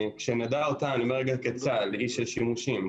היא של שימושים.